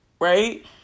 right